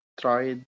tried